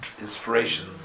inspiration